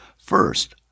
First